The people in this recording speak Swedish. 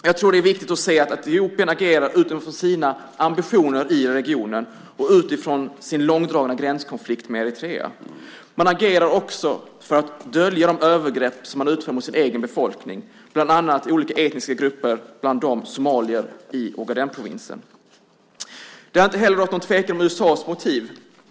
Jag tror att det är viktigt att se att Etiopien agerar utifrån sina ambitioner i regionen och utifrån sin långdragna gränskonflikt med Eritrea. Man agerar också för att dölja de övergrepp som man utför mot sin egen befolkning, bland annat olika etniska grupper som somalier i Ogadenprovinsen. Det har inte heller rått någon tvekan om USA:s motiv.